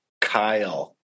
Kyle